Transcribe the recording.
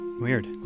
Weird